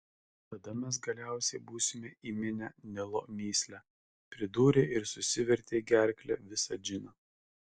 tada mes galiausiai būsime įminę nilo mįslę pridūrė ir susivertė į gerklę visą džiną